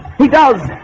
he does